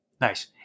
Nice